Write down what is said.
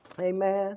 Amen